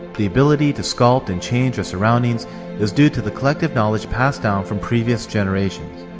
the ability to sculpt and change our surroundings is due to the collective knowledge passed down from previous generations.